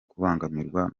kubangamirwa